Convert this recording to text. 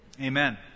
Amen